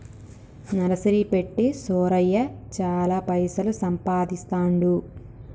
nursery పెట్టి సూరయ్య చాల పైసలు సంపాదిస్తాండు